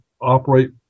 operate